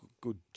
good